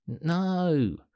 no